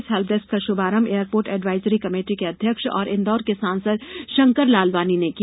इस हेल्पडेस्क का शुभारंभ एयरपोर्ट एडवाइजरी कमिटी के अध्यक्ष और इंदौर र्क सांसद शंकर लालवानी ने किया